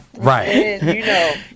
Right